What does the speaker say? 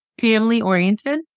Family-oriented